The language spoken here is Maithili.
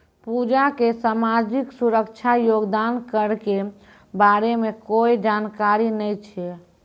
पूजा क सामाजिक सुरक्षा योगदान कर के बारे मे कोय जानकारी नय छै